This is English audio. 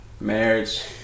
marriage